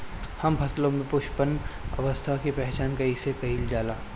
हम फसलों में पुष्पन अवस्था की पहचान कईसे कईल जाला?